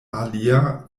alia